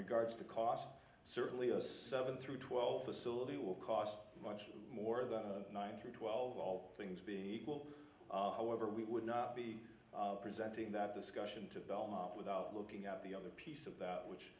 regards to cost certainly a seven through twelve facility will cost much more than nine through twelve all things being equal however we would not be presenting that discussion to belmont without looking at the other piece of that which